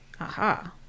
Aha